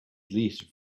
deleted